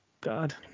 god